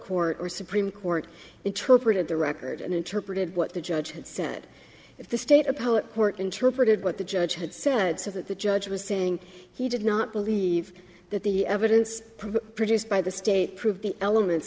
court or supreme court interpreted the record and interpreted what the judge had said if the state appellate court interpreted what the judge had said so that the judge was saying he did not believe that the evidence produced by the state prove the elements